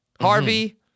harvey